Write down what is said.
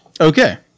Okay